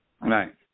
Right